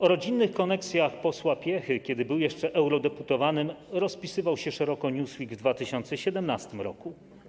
O rodzinnych koneksjach posła Piechy, kiedy był jeszcze eurodeputowanym, rozpisywał się szeroko „Newsweek” w 2017 r.